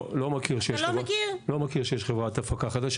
לא מכיר שיש חברת הפקה חדשה.